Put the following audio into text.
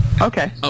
Okay